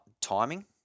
timing